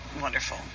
wonderful